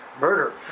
murder